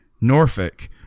Norfolk